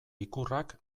ikurrak